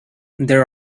there